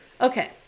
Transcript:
Okay